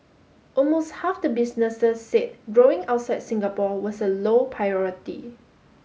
almost half the businesses said growing outside Singapore was a low priority